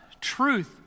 truth